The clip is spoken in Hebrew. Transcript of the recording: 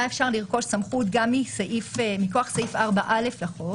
אפשר לרכוש סמכות גם מכוח סעיף 4א לחוק.